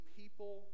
people